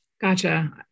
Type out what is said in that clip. Gotcha